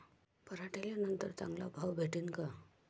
पराटीले नंतर चांगला भाव भेटीन का?